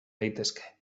daitezke